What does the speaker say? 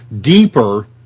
deeper